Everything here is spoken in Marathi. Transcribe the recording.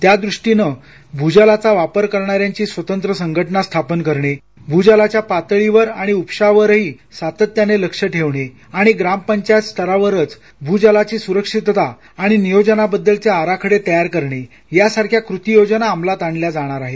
त्यादृष्टीनं भूजलाचा वापर करणाऱ्यांची स्वतंत्र संघटना स्थापन करणे भूजलाच्या पातळीवर आणि उपशावरही सातत्याने लक्ष ठेवणे आणि ग्राम पंचायत स्तरावरच भूजलाची सुरक्षितता आणि नियोजना बद्दलचे आराखडे तयार करणे यासारख्या कृती योजना अमलात आणल्या जाणार आहेत